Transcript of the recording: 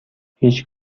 هیچ